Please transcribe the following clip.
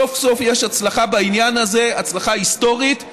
סוף-סוף יש הצלחה בעניין הזה, הצלחה היסטורית.